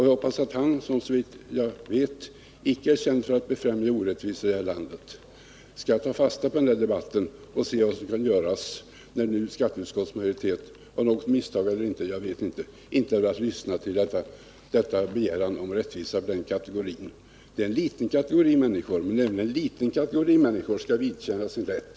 Jag hoppas att han, som såvitt jag vet icke är känd för att befrämja orättvisor, skall ta fasta på den här debatten och se vad som kan göras, när nu skatteutskottets majoritet — av något misstag eller ej, jag vet inte — inte har velat lyssna till en begäran om rättvisa. Det är en liten kategori människor det är fråga om, men även en liten kategori skall vidkännas sin rätt.